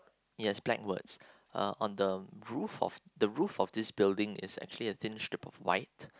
it has black words uh on the roof of the roof of this building is actually a thin strip of white